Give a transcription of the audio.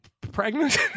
pregnant